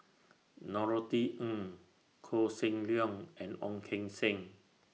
Norothy Ng Koh Seng Leong and Ong Keng Sen